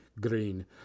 Green